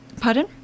pardon